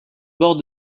bord